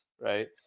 Right